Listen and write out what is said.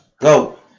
go